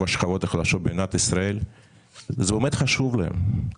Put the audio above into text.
השכבות החלשות במדינת ישראל זה באמת חשוב להם,